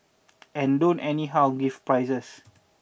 and don't anyhow give prizes